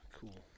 Cool